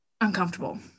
uncomfortable